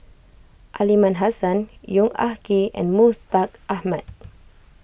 Aliman Hassan Yong Ah Kee and Mustaq Ahmad